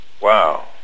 wow